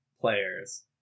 players